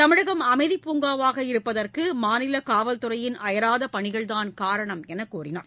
தமிழகம் அமைதிப்பூங்காவாக இருப்பதற்குமாநிலகாவல்துறையின் அயராதபணிகள் தான் காரணம் என்றுகூறினார்